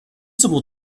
visible